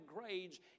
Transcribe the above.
grades